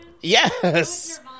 Yes